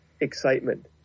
Excitement